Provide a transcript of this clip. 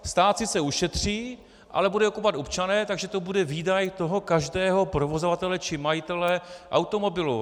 Stát sice ušetří, ale budou je kupovat občané, takže to bude výdaj každého provozovatele či majitele automobilu.